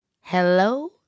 Hello